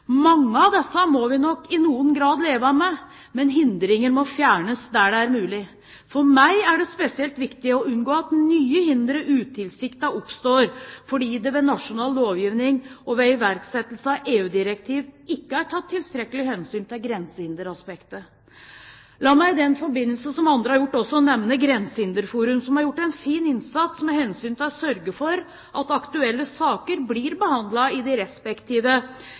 Mange av disse må vi nok i noen grad leve med, men hindringer må fjernes der det er mulig. For meg er det spesielt viktig å unngå at nye hindre utilsiktet oppstår fordi det ved nasjonal lovgivning og ved iverksettelse av EU-direktiv ikke er tatt tilstrekkelig hensyn til grensehinderaspektet. La meg i den forbindelse, som andre har gjort også, nevne Grensehinderforum, som har gjort en fin innsats med hensyn til å sørge for at aktuelle saker blir behandlet i de respektive